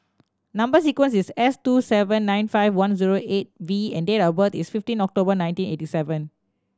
number sequence is S two seven nine five one zero eight V and date of birth is fifteen October nineteen eighty seven